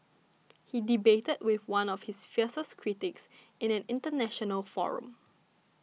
he debated with one of his fiercest critics in an international forum